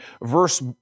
verse